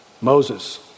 Moses